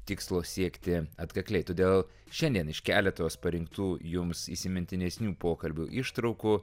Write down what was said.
tikslo siekti atkakliai todėl šiandien iš keletos parinktų jums įsimintinesnių pokalbių ištraukų